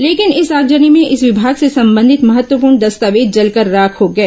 लेकिन इस आगजनी में इस विमाग से संबंधित महत्वपूर्ण दस्तावेज जलकर राख हो गए